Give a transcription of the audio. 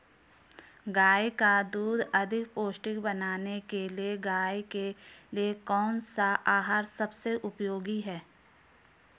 गाय का दूध अधिक पौष्टिक बनाने के लिए गाय के लिए कौन सा आहार सबसे उपयोगी है?